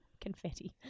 Confetti